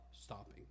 stopping